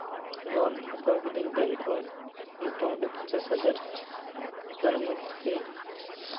loan ᱦᱟᱛᱟᱣ ᱠᱤᱫᱟᱹᱧ bank ᱠᱷᱚᱱ ᱢᱳᱴᱟᱢᱩᱴᱤ ᱯᱚᱧᱪᱟᱥ ᱦᱟᱡᱟᱨ ᱛᱟᱨ ᱢᱚᱫᱽᱫᱷᱮ